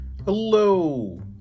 Hello